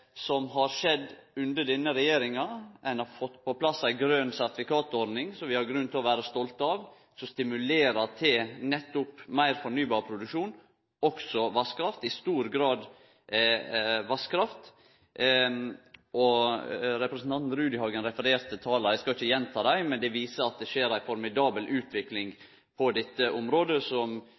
som har skjedd under denne regjeringa. Ein har fått på plass ei grønt sertifikat-ordning vi har grunn til å vere stolte av, som stimulerer til nettopp meir fornybar produksjon, også i stor grad vasskraft. Representanten Rudihagen refererte tala. Eg skal ikkje gjenta dei, men det viser at det skjer ei formidabel utvikling på dette området som